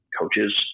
coaches